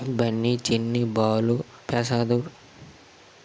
Bunny Chinni Balu Prasad